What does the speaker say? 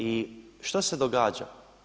I šta se događa?